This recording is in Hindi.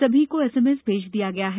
सभी को एसएमएस भेज दिया गया है